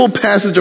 passage